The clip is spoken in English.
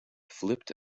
flipped